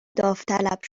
داوطلب